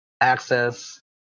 access